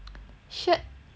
mm